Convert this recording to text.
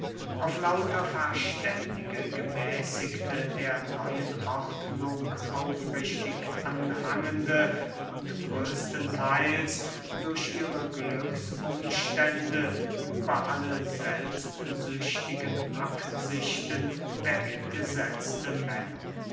auf lauter verständige gemäßigte der neuen ordnung aufrichtig anhängende und größten theils durch ihre glücksumstände über alle selbstsüchtige absichten weggesetzte männer